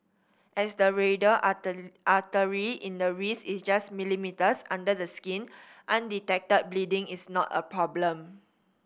as the radial artery in the wrist is just millimetres under the skin undetected bleeding is not a problem